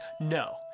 no